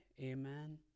Amen